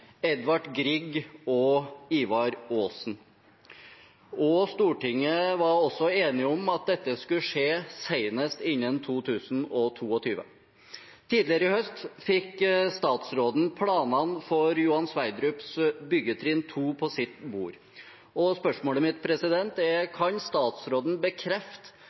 Grieg og Ivar Aasen. Stortinget var også enige om at dette skulle skje senest innen 2022. Tidligere i høst fikk statsråden planene for byggetrinn 2 på Johan Sverdrup på sitt bord. Spørsmålet mitt er: Kan statsråden bekrefte